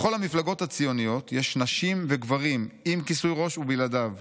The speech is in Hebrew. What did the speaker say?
בכל המפלגות הציוניות יש נשים וגברים עם כיסוי ראש ובלעדיו,